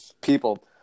people